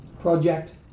Project